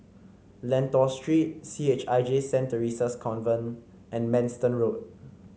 Lentor Street C H I J Saint Theresa's Convent and Manston Road